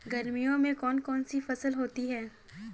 गर्मियों में कौन कौन सी फसल होती है?